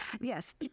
yes